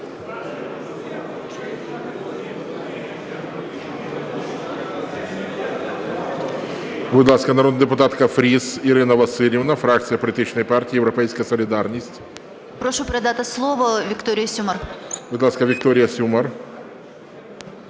Прошу передати слово Вікторії Сюмар.